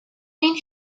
men